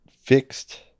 fixed